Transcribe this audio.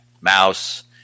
mouse